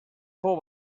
fou